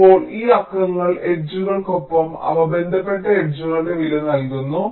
ഇപ്പോൾ ഈ അക്കങ്ങൾ എഡ്ജുകൾക്കൊപ്പം അവ ബന്ധപ്പെട്ട എഡ്ജുകളുടെ വില നൽകുന്നു